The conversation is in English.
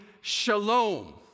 shalom